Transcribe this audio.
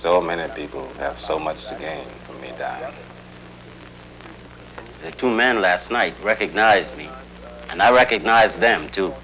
so many people have so much to gain for me two men last night recognized me and i recognize them too